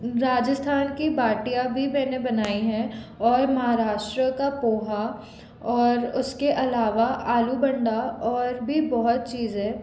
राजस्थान की बाटियां भी मैंने बनाई हैं और महाराष्ट्र का पोहा और उसके अलावा आलू बंडा और भी बहुत चीज़ें